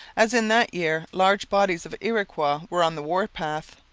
as in that year large bodies of iroquois were on the war-path.